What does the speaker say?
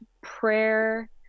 prayer